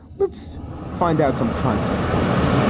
let's find out some context on that.